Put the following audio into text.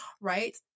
right